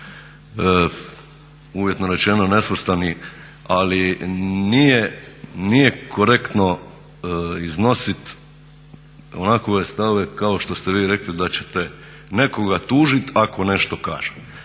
uvjetno rečeno nesvrstani ali nije korektno iznositi onakve stavove kao što ste vi rekli da ćete nekoga tužiti ako nešto kaže.